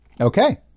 Okay